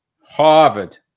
Harvard